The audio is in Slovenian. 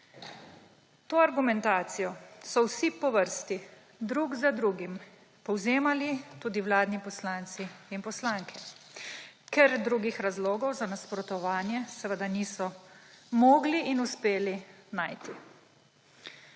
To argumentacijo so vsi po vrsti drug za drugim povzemali tudi vladni poslanci in poslanke, ker drugih razlogov za nasprotovanje seveda niso mogli in uspeli najti.